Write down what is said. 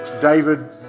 David